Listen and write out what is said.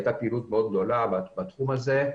הייתה פעילות גדולה בתחום הזה.